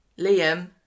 Liam